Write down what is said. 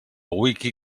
wiki